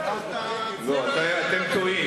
לא, אתם טועים.